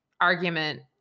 argument